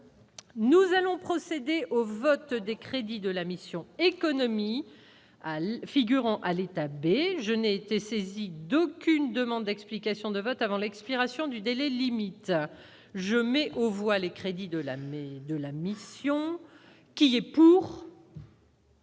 nous allons procéder au vote des crédits de la mission outre-mer figurant à l'État B. je n'ai été saisi d'aucune demande d'explication de vote avant l'expiration du délai limite je mets donc on voit les crédits de la mission. Qui est.